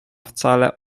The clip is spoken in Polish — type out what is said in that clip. wcale